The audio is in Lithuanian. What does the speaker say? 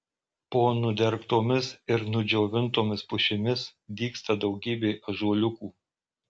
po nudergtomis ir nudžiovintomis pušimis dygsta daugybė ąžuoliukų